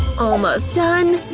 almost done!